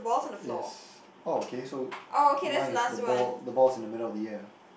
is oh okay so mine is the ball the ball is in the middle of the air